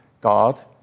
God